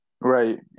Right